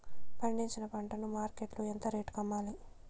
పండించిన పంట ను మార్కెట్ లో ఎంత రేటుకి అమ్మాలి?